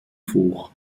vor